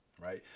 right